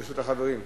ברשות החברים,